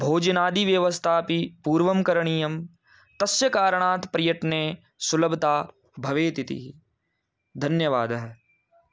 भोजनादिव्यवस्थापि पूर्वं करणीयं तस्य कारणात् प्रयत्ने सुलभता भवेत् इति धन्यवादः